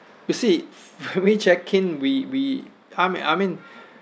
you see we check we we I'm I mean